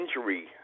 injury